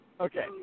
Okay